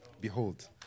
Behold